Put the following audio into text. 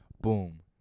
Boom